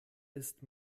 ist